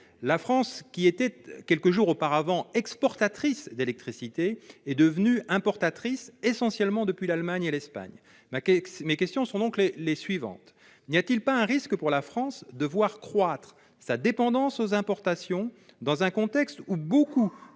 La France, qui était quelques jours auparavant exportatrice d'électricité, est devenue importatrice, essentiellement depuis l'Allemagne et l'Espagne. Mes questions sont donc les suivantes : n'y a-t-il pas un risque pour la France de voir croître sa dépendance aux importations dans un contexte où beaucoup